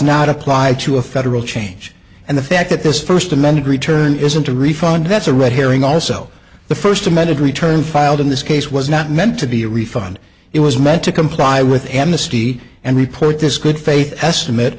not apply to a federal change and the fact that this first amended return isn't a refund that's a red herring also the first amended return filed in this case was not meant to be a refund it was meant to comply with the amnesty and report this good faith estimate